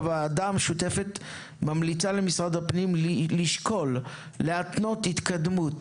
הוועדה המשותפת ממליצה למשרד הפנים לשקול להתנות התקדמות